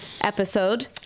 episode